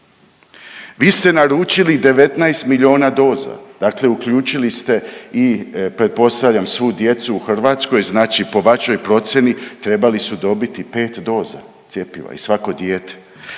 Vi ste naručili 19 milijuna doza, dakle uključili ste i pretpostavljam svu djecu u Hrvatskoj. Znači po vašoj procijeni trebali su dobiti 5 doza cjepiva i svako dijete.